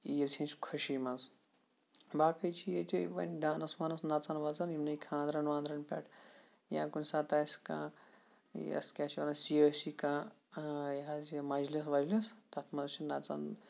عیٖز ہنز خوشی منٛز باقٕے چھِ ییٚتہِ یِمے ڈانٕس وانٕس نَژان وَژَان یِمنٕے خاندرَن واندرن پٮ۪ٹھ یا کُنہِ ساتہٕ آسہِ کانہہ یہِ کیاہ چھ یَتھ وَنان سِیٲسی کانہہ یہِ حظ یہِ مَجلِس وَجلِس تَتھ منٛز چھُ نَژان